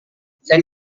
saya